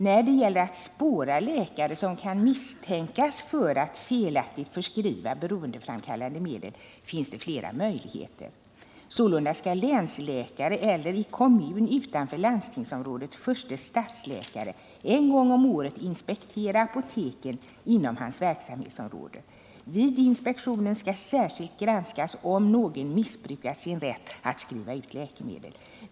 När det gäller att spåra läkare som kan misstänkas för att felaktigt förskriva beroendeframkallande medel finns flera möjligheter. Sålunda skall länsläkare eller i kommun utanför landstingsområdet förste stadsläkare en gång om året inspektera apoteken inom hans verksamhetsområde. Vid inspektionen skall särskilt granskas om någon missbrukat sin rätt att skriva ut läkemedel.